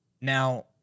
Now